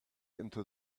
into